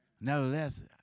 Nevertheless